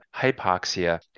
hypoxia